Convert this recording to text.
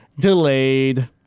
delayed